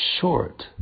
short